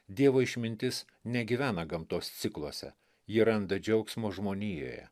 dievo išmintis negyvena gamtos cikluose ji randa džiaugsmo žmonijoje